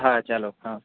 હા ચાલો હા